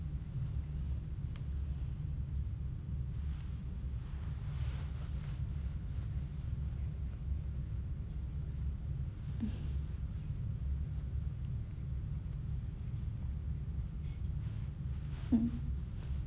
mm